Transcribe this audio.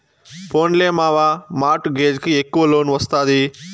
పోన్లే మావా, mortgage కి ఎక్కవ లోన్ ఒస్తాది